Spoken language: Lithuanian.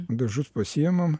dažus pasiimam